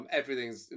everything's